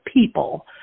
people